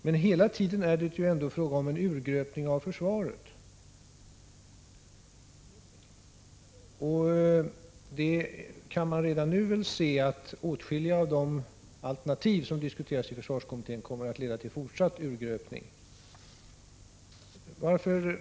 Men hela tiden är det ju fråga om en urgröpning av försvaret! Vi kan redan nu se att åtskilliga av de alternativ som diskuteras i försvarskommittén kommer att leda till en fortsatt urgröpning.